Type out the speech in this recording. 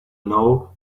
know